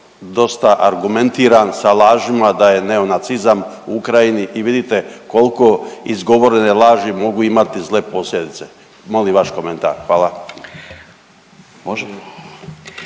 dosta argumentiran sa lažima da je neonacizam u Ukrajini i vidite koliko izgovorene laži mogu imati zle posljedice. Molim vaš komentar. Hvala.